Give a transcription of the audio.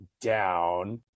down